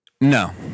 No